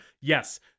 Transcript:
yes